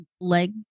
leg